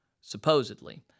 supposedly